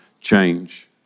change